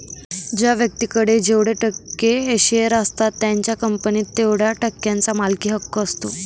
ज्या व्यक्तीकडे जेवढे टक्के शेअर असतात त्याचा कंपनीत तेवढया टक्क्यांचा मालकी हक्क असतो